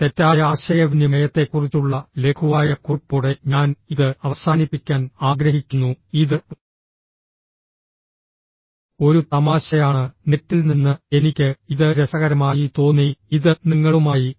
തെറ്റായ ആശയവിനിമയത്തെക്കുറിച്ചുള്ള ലഘുവായ കുറിപ്പോടെ ഞാൻ ഇത് അവസാനിപ്പിക്കാൻ ആഗ്രഹിക്കുന്നു ഇത് ഒരു തമാശയാണ് നെറ്റിൽ നിന്ന് എനിക്ക് ഇത് രസകരമായി തോന്നി ഇത് നിങ്ങളുമായി